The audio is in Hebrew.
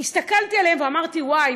והסתכלתי עליהן ואמרתי: וואי,